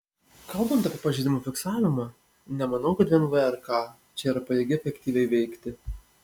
kalbant apie pažeidimų fiksavimą nemanau kad vien vrk čia pajėgi efektyviai veikti